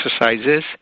exercises